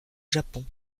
japon